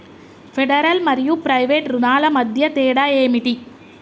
Federal మరియు private రుణాల మధ్య తేడా ఏమిటి?